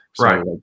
Right